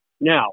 Now